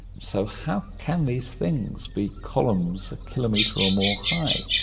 so how can these things be columns a kilometre or more high?